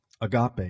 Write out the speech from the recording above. agape